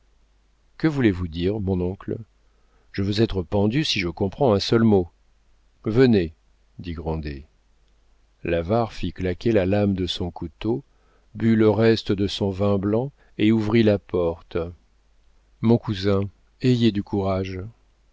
que voulez-vous dire mon oncle je veux être pendu si je comprends un seul mot venez dit grandet l'avare fit claquer la lame de son couteau but le reste de son vin blanc et ouvrit la porte mon cousin ayez du courage